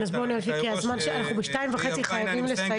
נמשיך כי אנחנו ב-14:30 חייבים לסיים.